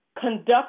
conduct